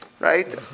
Right